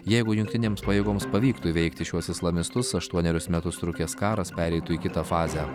jeigu jungtinėms pajėgoms pavyktų įveikti šiuos islamistus aštuonerius metus trukęs karas pereitų į kitą fazę